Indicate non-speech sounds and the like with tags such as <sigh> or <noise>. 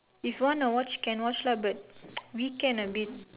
if want to watch can watch lah but <noise> weekend a bit